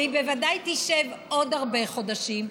והיא בוודאי תשב עוד הרבה חודשים,